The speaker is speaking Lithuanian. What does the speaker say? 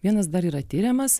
vienas dar yra tiriamas